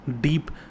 deep